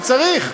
כי צריך,